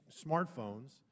smartphones